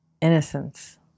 innocence